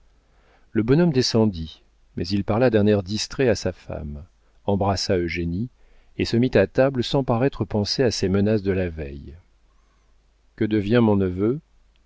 le bonhomme descendit mais il parla d'un air distrait à sa femme embrassa eugénie et se mit à table sans paraître penser à ses menaces de la veille que devient mon neveu